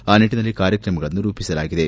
ಆ ನಿಟ್ಟನಲ್ಲಿ ಕಾರ್ಯಕ್ರಮಗಳನ್ನು ರೂಪಿಸಲಾಗಿದೆ